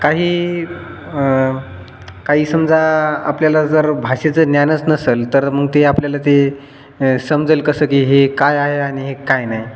काही काही समजा आपल्याला जर भाषेचं ज्ञानच नसेल तर मग ते आपल्याला ते समजल कसं की हे काय आहे आणि हे काय नाही